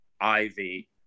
Ivy